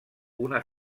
una